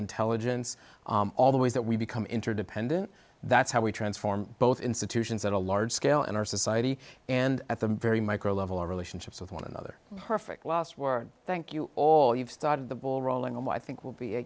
intelligence all the ways that we become interdependent that's how we transform both institutions at a large scale in our society and at the very micro level our relationships with one another perfect last word thank you all you've started the ball rolling on what i think will be